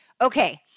Okay